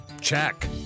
check